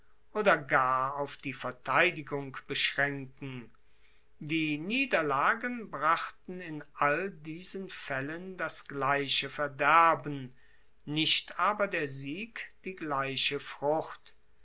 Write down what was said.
oder gar auf die verteidigung beschraenken die niederlagen brachten in all diesen faellen das gleiche verderben nicht aber der sieg die gleiche frucht